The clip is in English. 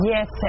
Yes